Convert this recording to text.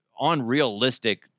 unrealistic